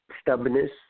stubbornness